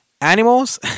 Animals